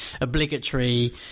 obligatory